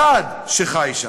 אחד שחי שם,